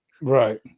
Right